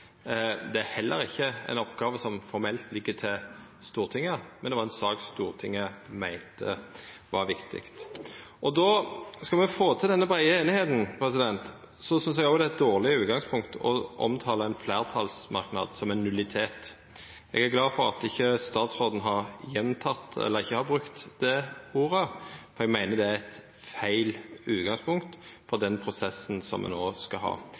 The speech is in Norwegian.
Det er heller ikkje ei oppgåve som formelt ligg til Stortinget, men det var ei sak Stortinget meinte var viktig. Skal me få til denne breie einigheita, synest eg det er eit dårleg utgangspunkt å omtala ein fleirtalsmerknad som ein nullitet. Eg er glad for at statsråden ikkje har brukt det ordet, for eg meiner at det er eit feil utgangspunkt for den prosessen me no skal ha. Eg meiner òg at pliktsaka, som me